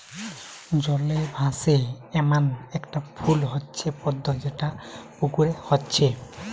জলে ভাসে এ্যামন একটা ফুল হচ্ছে পদ্ম যেটা পুকুরে হচ্ছে